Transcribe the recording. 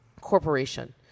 corporation –